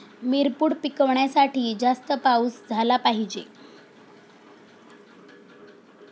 मिरपूड पिकवण्यासाठी जास्त पाऊस झाला पाहिजे